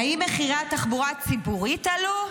האם מחירי התחבורה הציבורית עלו?